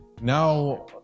now